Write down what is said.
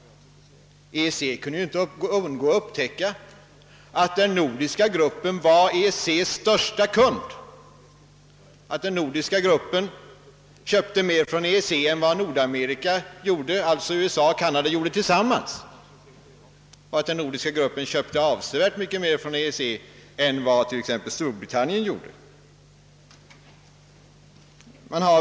EEC kunde ju inte undgå att upptäcka att den nordiska gruppen var EEC:s största kund, att den nordiska gruppen köper mer från EEC än Nordamerika — alltså USA och Kanada tillsammans — gör och att den nordiska gruppen köper avsevärt mer från EEC än t.ex. vad Storbritannien gör.